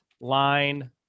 line